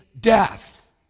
death